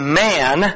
man